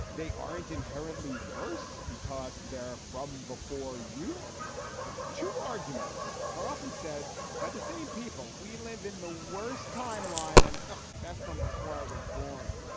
they aren't inherently worse because they are from before you two arguments are often said by the same people. we live in the worst timeline, and that's from before i was born.